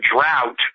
drought